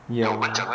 ya